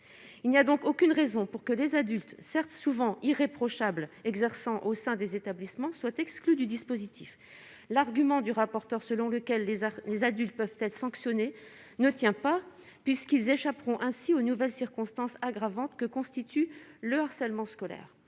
il n'y a donc aucune raison pour que les adultes certes souvent irréprochable exerçant au sein des établissements soient exclues du dispositif, l'argument du rapporteur, selon lequel les arts, les adultes peuvent être sanctionnés ne tient pas puisqu'ils échapperont ainsi aux nouvelles circonstances aggravantes que constitue le harcèlement scolaire